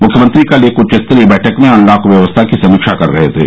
मुख्यमंत्री कल एक उच्चस्तरीय बैठक में अनलॉक व्यवस्था की समीक्षा कर रहे थे